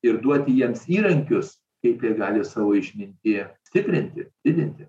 ir duoti jiems įrankius kaip jie gali savo išmintį stiprinti didinti